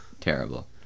terrible